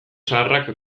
zaharrak